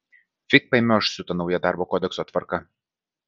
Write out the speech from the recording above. fig paimioš su ta nauja darbo kodekso tvarka